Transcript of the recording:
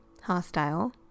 hostile